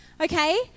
Okay